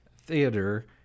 Theater